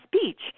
speech